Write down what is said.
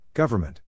Government